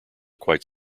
quite